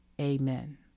Amen